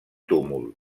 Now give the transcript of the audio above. túmul